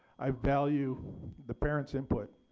i value the parents input,